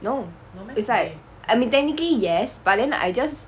no it's like I mean technically yes but then I just